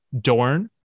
Dorn